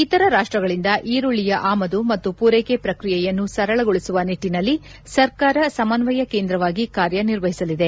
ಇತರ ರಾಷ್ಸಗಳಿಂದ ಈರುಳ್ಳಯ ಆಮದು ಮತ್ತು ಪೂರ್ಲೆಕೆ ಪ್ರಕ್ರಿಯೆಯನ್ನು ಸರಳಗೊಳಿಸುವ ನಿಟ್ಟನಲ್ಲಿ ಸರ್ಕಾರ ಸಮನ್ವಯ ಕೇಂದ್ರವಾಗಿ ಕಾರ್ಯ ನಿರ್ವಹಿಸಲಿದೆ